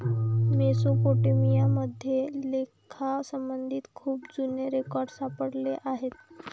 Mesopotamia मध्ये लेखासंबंधीचे खूप जुने रेकॉर्ड सापडले आहेत